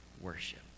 worship